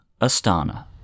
Astana